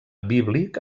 bíblic